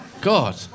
God